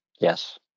Yes